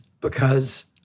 because-